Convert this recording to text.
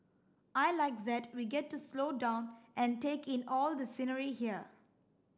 I like that we get to slow down and take in all the scenery here